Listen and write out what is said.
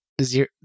zero